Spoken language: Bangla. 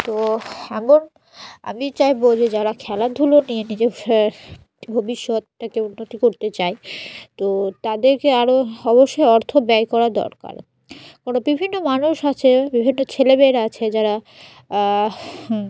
তো এমন আমি চাইবো যে যারা খেলাধুলো নিয়ে নিজের ভবিষ্যৎটাকে উন্নতি করতে চায় তো তাদেরকে আরও অবশ্যই অর্থ ব্যয় করা দরকার কোনো বিভিন্ন মানুষ আছে বিভিন্ন ছেলেমেয়েরা আছে যারা